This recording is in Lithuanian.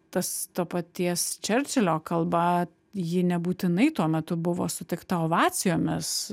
tas to paties čerčilio kalba ji nebūtinai tuo metu buvo sutikta ovacijomis